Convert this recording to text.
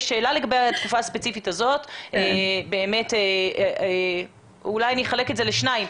יש שאלה לגבי התקופה הספציפית הזאת ואולי אני אחלק את זה לשני חלקים.